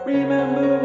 Remember